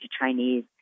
Chinese